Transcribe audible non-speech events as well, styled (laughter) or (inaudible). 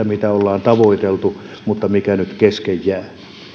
(unintelligible) mitä ollaan tavoiteltu mutta mikä nyt kesken jää